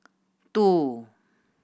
two